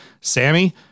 Sammy